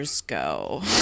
go